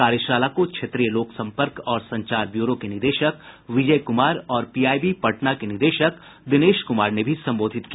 कार्यशाला को क्षेत्रीय लोक सम्पर्क और संचार ब्यूरो के निदेशक विजय कुमार और पीआईबी पटना के निदेशक दिनेश कुमार ने भी संबोधित किया